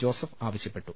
Joseph ആവശ്യപ്പെട്ടു